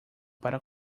para